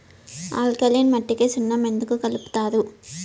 alkaline మట్టికి సున్నం ఎందుకు కలుపుతారు